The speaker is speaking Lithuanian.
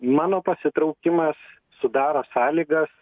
mano pasitraukimas sudaro sąlygas